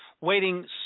waiting